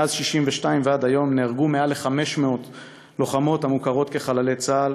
מאז 1962 ועד היום נהרגו יותר מ-500 לוחמות המוכרות כחללי צה"ל.